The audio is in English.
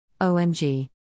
OMG